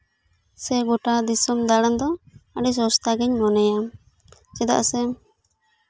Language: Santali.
ᱥᱮ ᱜᱳᱴᱟ ᱫᱤᱥᱚᱢ ᱫᱟᱬᱟᱱ ᱫᱚ ᱟᱹᱰᱤ ᱥᱚᱥᱛᱟᱜᱤᱧ ᱢᱚᱱᱮᱭᱟ ᱪᱮᱫᱟᱜ ᱥᱮ